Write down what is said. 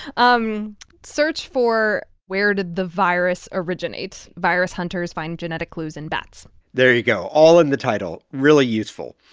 um search for, where did the virus originate? virus hunters find genetic clues in bats there you go all in the title, really useful.